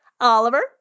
Oliver